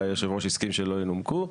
והיושב-ראש הסכים שלא ינומקו.